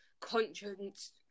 conscience